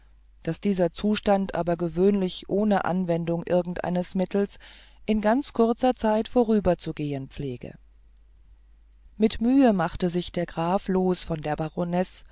daß dieser zustand aber gewöhnlich ohne anwendung irgendeines mittels in ganz kurzer zeit vorüberzugehen pflege mit mühe machte sich der graf los von der